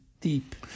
deep